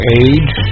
age